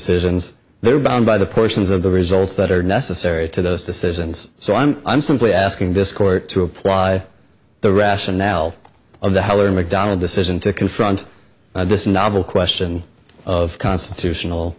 decisions they're bound by the portions of the results that are necessary to those decisions so i'm i'm simply asking this court to apply the rationale of the heller macdonald decision to confront this novel question of constitutional